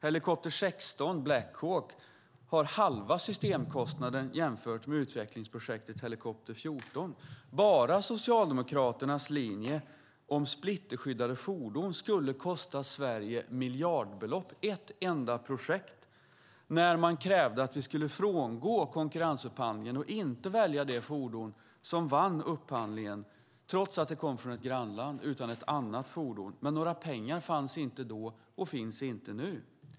Helikopter 16 Black Hawk har halva systemkostnaden jämfört med utvecklingsprojektet för Helikopter 14. Socialdemokraternas linje om splitterskyddade fordon skulle kosta Sverige miljardbelopp, och det är bara ett enda projekt. Man krävde att vi skulle frångå konkurrensupphandlingen och inte välja det fordon som vann upphandlingen, trots att det kom från ett grannland, utan ett annat fordon. Men några pengar fanns inte då och finns inte nu.